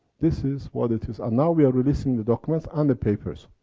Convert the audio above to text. this is what it is. and now we are releasing the documents, and the papers.